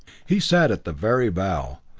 he sat at the very bow,